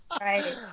Right